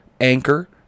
Anchor